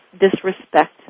disrespect